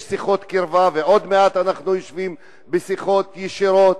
שיחות קרבה ועוד מעט נשב בשיחות ישירות.